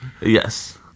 Yes